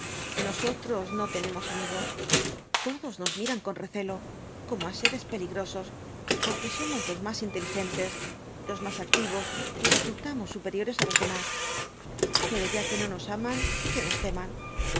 nosotros no tenemos amigos todos nos miran con recelo como á seres peligrosos porque somos los más inteligentes los más activos y resultamos superiores á los demás pero ya que no nos aman que nos teman